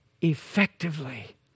effectively